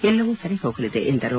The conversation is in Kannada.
ಎಲ್ಲವೂ ಸರಿ ಹೋಗಲಿದೆ ಎಂದರು